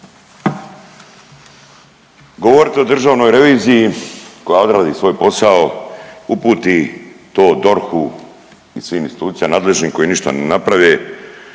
Govoriti o državnoj reviziji koja odradi svoj posao, uputi to DORH-u i svim institucijama nadležnim koje ništa ne naprave